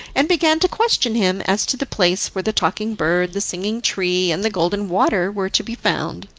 and began to question him as to the place where the talking bird, the singing tree and the golden water were to be found.